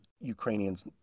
Ukrainians